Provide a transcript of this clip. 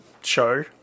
show